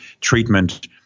treatment